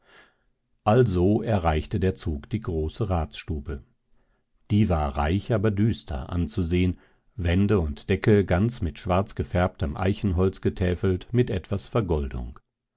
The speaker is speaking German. also erreichte der zug die große ratsstube die war reich aber düster anzusehen wände und decke ganz mit schwarz gefärbtem eichenholz getäfert mit etwas vergoldung